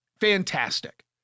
Fantastic